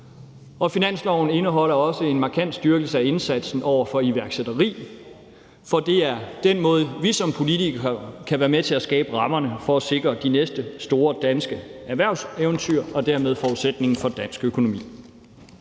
og finansloven indeholder også en markant styrkelse af indsatsen over for iværksætteri, for det er den måde, vi som politikere kan være med til at skabe rammerne for at sikre de næste store danske erhvervseventyr og dermed forudsætningen for dansk økonomi